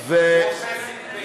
מדינות, ארבעה שבועות,